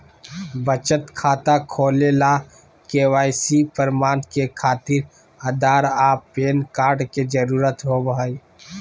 बचत खाता खोले ला के.वाइ.सी प्रमाण के खातिर आधार आ पैन कार्ड के जरुरत होबो हइ